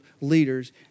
leaders